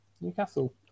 Newcastle